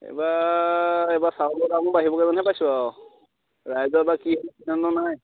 এইবাৰ এইবাৰ চাউলৰ দামো বাঢ়িবগৈ যেনহে পাইছোঁ আৰু ৰাইজৰ এইবাৰ কি নাই